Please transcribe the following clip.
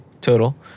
total